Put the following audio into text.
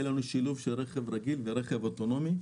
לנו שילוב של רכב רגיל ורכב אוטונומי.